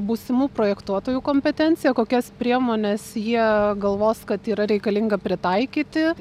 būsimų projektuotojų kompetencija kokias priemones jie galvos kad yra reikalinga pritaikyti